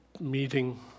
meeting